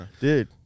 Dude